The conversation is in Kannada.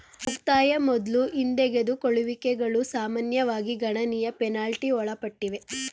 ಮುಕ್ತಾಯ ಮೊದ್ಲು ಹಿಂದೆಗೆದುಕೊಳ್ಳುವಿಕೆಗಳು ಸಾಮಾನ್ಯವಾಗಿ ಗಣನೀಯ ಪೆನಾಲ್ಟಿ ಒಳಪಟ್ಟಿವೆ